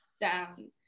down